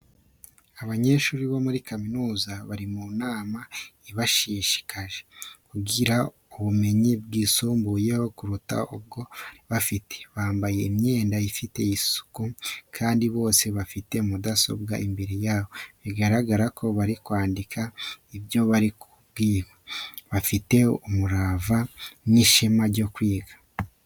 Abanyeshuri bo muri kaminuza bari mu nama ibashishikaje kugira ubumenyi bwisumbuyeho kuruta ubwo bari bafite, bambaye imyenda ifite isuku kandi bose bafite mudasobwa imbere yabo, bigaragara ko bari kwandika ibyo bari kubwirwa, bafite umurava n'ishema ryo kwiga.